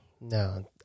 No